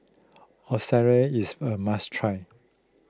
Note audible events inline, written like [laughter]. [unintelligible] is a must try